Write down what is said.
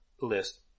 list